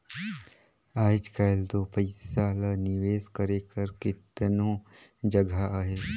आएज काएल दो पइसा ल निवेस करे कर केतनो जगहा अहे